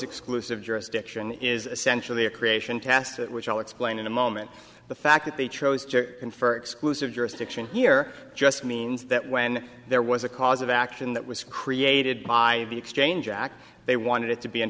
exclusive jurisdiction is essentially a creation task which i'll explain in a moment the fact that they chose to confer exclusive jurisdiction here just means that when there was a cause of action that was created by the exchange act they wanted it to be in